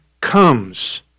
comes